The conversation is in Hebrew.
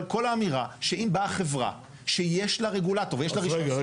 אבל כל האמירה שאם באה חברה שיש לה רגולטור ויש לה רישיון,